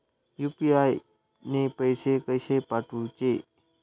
UPI ने पैशे कशे पाठवूचे?